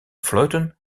vleuten